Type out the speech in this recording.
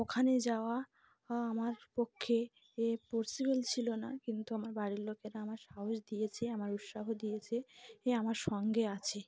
ওখানে যাওয়া আমার পক্ষে এ পসিবেল ছিল না কিন্তু আমার বাড়ির লোকেরা আমার সাহস দিয়েছে আমার উৎসাহ দিয়েছে এ আমার সঙ্গে আছে